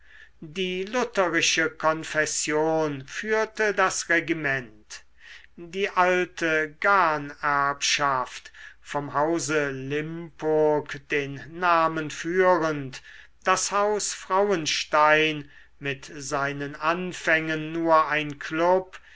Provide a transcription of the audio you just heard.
die lutherische konfession führte das regiment die alte gan erbschaft vom hause limpurg den namen führend das haus frauenstein mit seinen anfängen nur ein klub